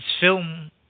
film